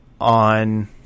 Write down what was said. on